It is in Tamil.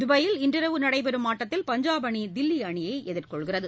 துபாயில் இன்று இரவு நடைபெறும் ஆட்டத்தில் பஞ்சாப் அணி தில்லி அணியை எதிர்கொள்கிறது